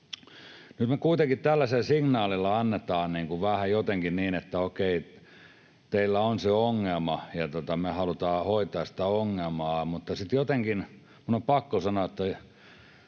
Nyt me kuitenkin tällaisella signaalilla annetaan viestiä vähän jotenkin niin, että okei, teillä on se ongelma ja me halutaan hoitaa sitä ongelmaa. Mutta sitten jotenkin minun on pakko sanoa, että